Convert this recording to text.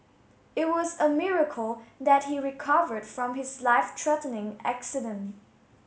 it was a miracle that he recovered from his life threatening accident